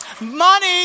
Money